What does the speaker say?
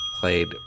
played